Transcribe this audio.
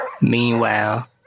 Meanwhile